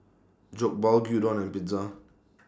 Jokbal Gyudon and Pizza